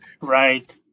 right